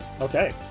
Okay